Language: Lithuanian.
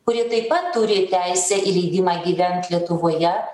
kurie taip pat turi teisę į leidimą gyvent lietuvoje